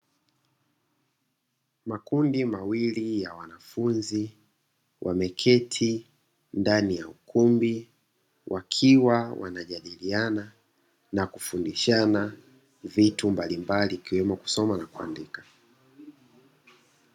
Makundi mawili ya wanafunzi, wameketi ndani ya ukumbi, wakiwa wanajadiliana na kufundishana, vitu mbalimbali ikiwemo kusoma na kuandika.